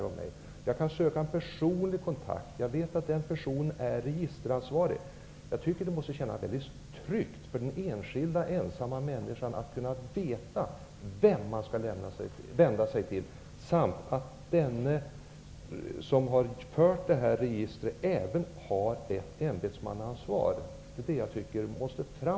Han eller hon kan söka en personlig kontakt. Han eller hon vet att den personen är registeransvarig. Jag tycker att det måste kännas väldigt tryggt för den enskilda ensamma människan att veta vem vederbörande skall vända sig till, och att den som har fört registret även har ämbetsmannaansvar. Det tycker jag måste fram.